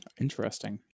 Interesting